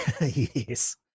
Yes